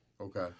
Okay